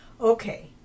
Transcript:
Okay